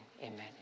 Amen